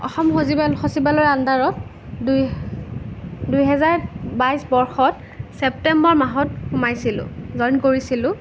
অসম সচিবালয় সচিবালয়ৰ আন্দাৰত দুই দুইহেজাৰ বাইছ বৰ্ষত ছেপ্তেম্বৰ মাহত সোমাইছিলোঁ জইন কৰিছিলোঁ